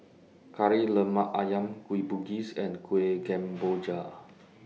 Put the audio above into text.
Kari Lemak Ayam Kueh Bugis and Kueh Kemboja